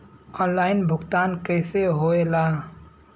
Online भुगतान कैसे होए ला?